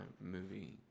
movie